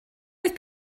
oedd